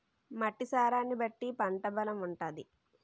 మట్టి సారాన్ని బట్టి పంట బలం ఉంటాది